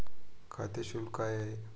खाते शुल्क काय आहे?